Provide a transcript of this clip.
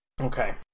Okay